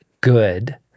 good